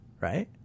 Right